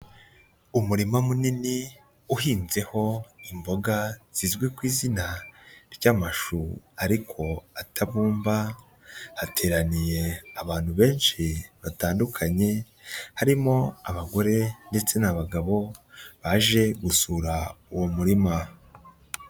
Umurima munini uhinzeho imboga zizwi ku izina ry'amashu ariko atabumba, hateraniye abantu benshi batandukanye, harimo abagore ndetse n'abagabo, baje gusura uwo murima.